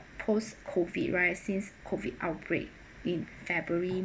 post-COVID right since COVID outbreak in february